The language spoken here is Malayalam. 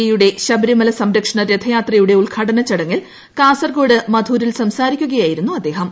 എ യുടെ ശബരിമല സംരക്ഷണ രഥയാത്രയുടെ ഉദ്ഘാടന ചടങ്ങിൽ കാസർഗോഡ് മധൂരിൽ സംസാരിക്കുകയായിരുന്നു അദ്ദേഹം